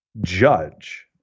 judge